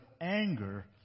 anger